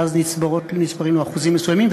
שאז נצברים לו אחוזים מסוימים,